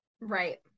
right